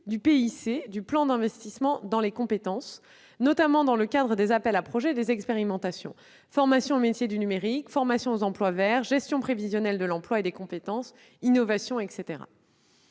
du PIC, ou plan d'investissement dans les compétences, notamment dans le cadre des appels à projets et expérimentations- formations aux métiers du numérique ou aux emplois verts, gestion prévisionnelle de l'emploi et des compétences, innovation, etc.